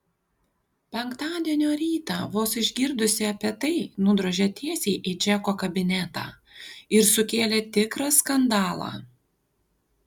penktadienio rytą vos išgirdusi apie tai nudrožė tiesiai į džeko kabinetą ir sukėlė tikrą skandalą